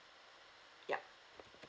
ya